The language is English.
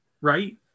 right